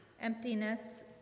Emptiness